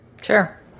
Sure